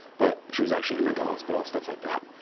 but, she was actually in a mental hospital, stuff like that.